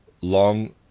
long